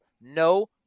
no